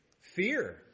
Fear